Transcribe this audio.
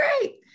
great